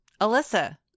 Alyssa